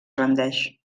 rendeix